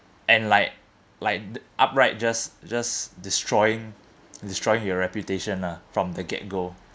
and like like d~ upright just just destroying destroying your reputation ah from the get-go